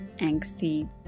angsty